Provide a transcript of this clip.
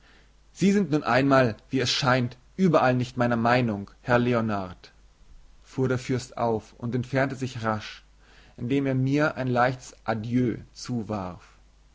sie sind nun einmal wie es scheint überall nicht meiner meinung herr leonard fuhr der fürst auf und entfernte sich rasch indem er mir ein leichtes adieu zuwarf